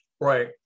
Right